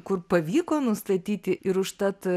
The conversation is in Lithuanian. kur pavyko nustatyti ir užtat